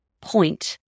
point